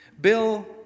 Bill